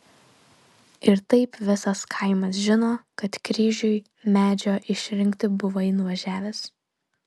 ir taip visas kaimas žino kad kryžiui medžio išrinkti buvai nuvažiavęs